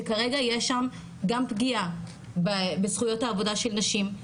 שכרגע יש שם גם פגיעה בזכויות העבודה של נשים.